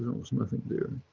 was nothing there.